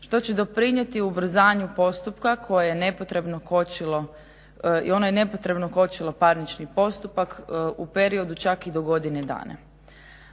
što će doprinijeti ubrzanju postupka i ono je nepotrebno kočilo parnični postupak u periodu čak i do godine dana.